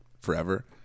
forever